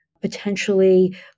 potentially